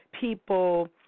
people